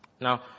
Now